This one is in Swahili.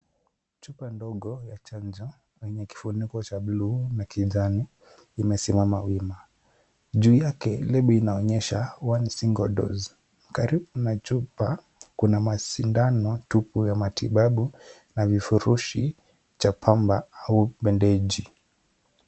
Chupa ndogo ya chanjo yenye kifuniko cha bluu na kijani imesimama wima, juu yake lebo inonyesha one single dose karibu na chupa kuna masindano tupu ya matibabu na vifurushi vya pamba au bandeji.